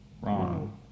wrong